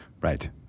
Right